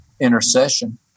intercession